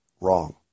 wrong